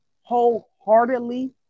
wholeheartedly